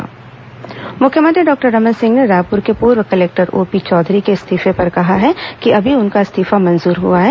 मुख्यमंत्री ओपी चौधरी मुख्यमत्री डॉक्टर रमन सिंह ने रायपुर के पूर्व कलेक्टर ओपी चौधरी के इस्तीफे पर कहा है कि अभी उनका इस्तीफा मंजूर हआ है